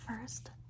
First